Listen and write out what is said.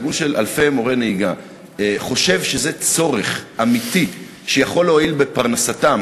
ארגון של אלפי מורי נהיגה חושב שזה צורך אמיתי שיכול להועיל בפרנסתם,